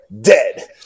dead